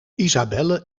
isabelle